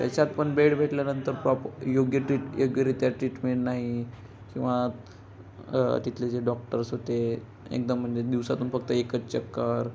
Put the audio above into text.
त्याच्यात पण बेड भेटल्यानंतर प्रॉप योग्य ट्रीट योग्यरित्या ट्रीटमेंट नाही किंवा तिथले जे डॉक्टर्स होते एकदम म्हणजे दिवसातून फक्त एकच चक्कर